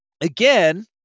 Again